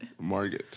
Margot